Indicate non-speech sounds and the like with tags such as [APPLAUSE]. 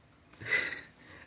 [NOISE]